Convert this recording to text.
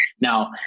Now